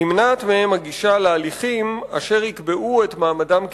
נמנעת מהם הגישה להליכים אשר יקבעו את מעמדם כפליטים,